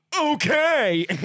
Okay